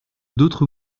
d’autres